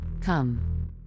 come